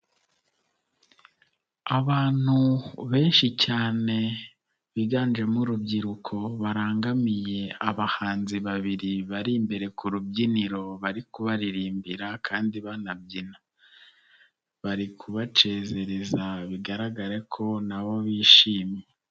Abantu benshi cyane biganjemo urubyiruko barangamiye abahanzi babiri bari imbere ku rubyiniro bari kubaririmbira kandi banabyina, bari kubacezereza bigaragare ko nabo bishimye.